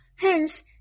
Hence